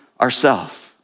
ourself